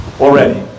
Already